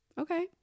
Okay